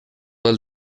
del